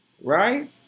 Right